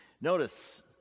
Notice